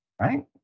Right